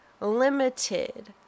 limited